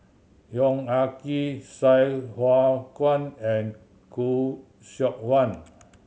Yong Ah Kee Sai Hua Kuan and Khoo Seok Wan